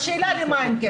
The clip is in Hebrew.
השאלה למה אין כסף.